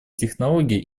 технологии